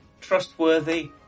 trustworthy